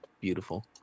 beautiful